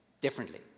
differently